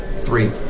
Three